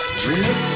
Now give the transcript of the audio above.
drip